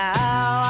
now